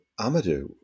Amadou